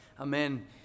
Amen